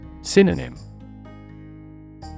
Synonym